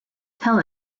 tell